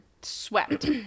swept